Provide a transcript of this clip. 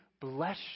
bless